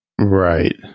Right